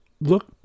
look